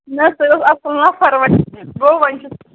نہ سُہ اوس اَصٕل نَفر گَو وۅنۍ چھُ تھوڑا